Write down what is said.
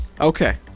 Okay